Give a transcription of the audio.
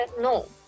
no